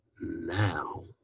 Now